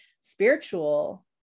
spiritual